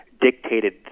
dictated